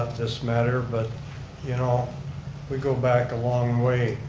this matter but you know we go back a long way